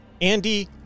Andy